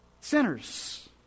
sinners